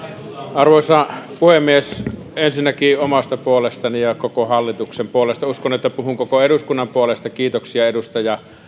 arvoisa puhemies ensinnäkin omasta puolestani ja koko hallituksen puolesta uskon että puhun koko eduskunnan puolesta kiitoksia edustaja